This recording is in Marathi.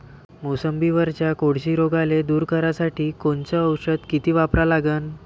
मोसंबीवरच्या कोळशी रोगाले दूर करासाठी कोनचं औषध किती वापरा लागन?